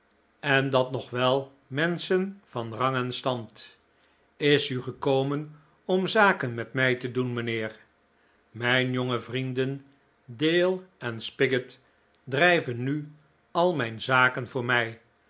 en dat nog wel menschen van rang en stand is u gekomen om zaken met mij te doen mijnheer mijn jonge vrienden dale spiggot drijven nu al mijn zaken voor mij